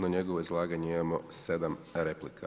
Na njegovo izlaganje imamo sedam replika.